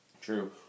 True